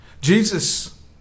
Jesus